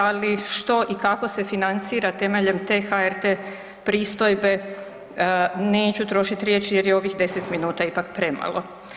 Ali što i kako se financira temeljem te HRT-e pristojbe neću trošiti riječi jer je ovih 10 minuta ipak premalo.